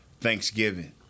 Thanksgiving